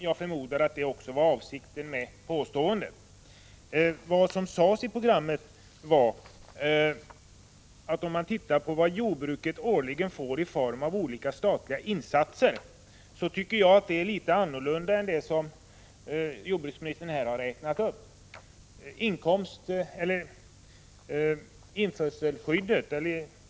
Jag förmodar att det också var avsikten med påståendet. Det stöd som jordbruket årligen får i form av olika statliga insatser tycker jag är litet annorlunda än det som jordbruksministern här har räknat upp.